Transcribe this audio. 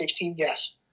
yes